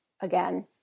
again